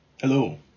Hello